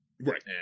Right